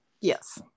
Yes